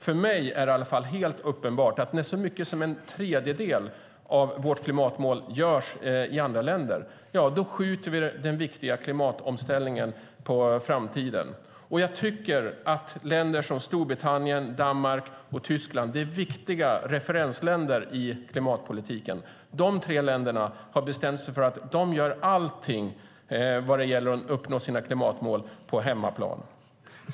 För mig är det i alla fall helt uppenbart att när så mycket som en tredjedel av vårt klimatmål uppnås i andra länder skjuter vi den viktiga klimatomställningen på framtiden. Jag tycker att länder som Storbritannien, Danmark och Tyskland är viktiga referensländer i klimatpolitiken. Dessa tre länder har bestämt sig för att göra allting för att uppnå sina klimatmål på hemmaplan.